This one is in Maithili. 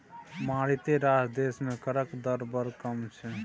मारिते रास देश मे करक दर बड़ कम छै